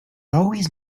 always